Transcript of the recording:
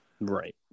Right